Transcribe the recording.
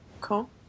Cool